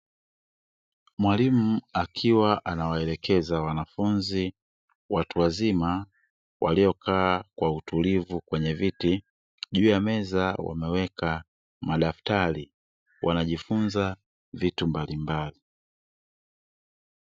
Mwalimu akiwa anawaelekeza wanafunzi watu wazima waliokaa kwa utulivu kwenye viti, juu ya meza wameweka madaftari, wanajifunza vitu mbalimbali.